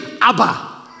Abba